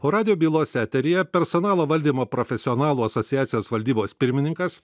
o radijo bylos eteryje personalo valdymo profesionalų asociacijos valdybos pirmininkas